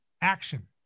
action